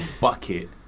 bucket